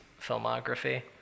filmography